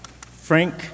Frank